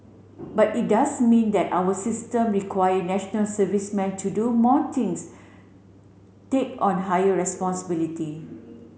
but it does mean that our system require national servicemen to do more things take on higher responsibility